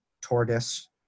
tortoise